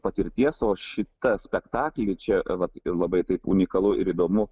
patirties o šitą spektaklį čia vat labai taip unikalu ir įdomu